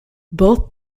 both